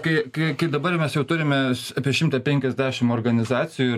kai kai kaip dabar mes jau turim mes apie šimtą penkiasdešimt organizacijų